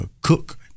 cook